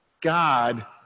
God